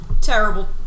terrible